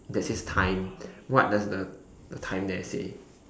that says time what does the the time there say